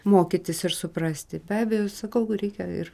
mokytis ir suprasti be abejo sakau reikia ir